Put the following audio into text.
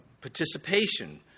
participation